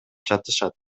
жатышат